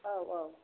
औ औ